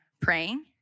praying